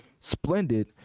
Splendid